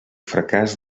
fracàs